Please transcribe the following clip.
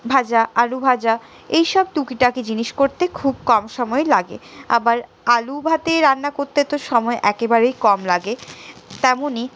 ভাজা আলু ভাজা এইসব টুকি টাকি জিনিস করতে খুব কম সময় লাগে আবার আলু ভাতে রান্না করতে তো সময় একেবারেই কম লাগে তেমনই